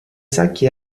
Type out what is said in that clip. sacchi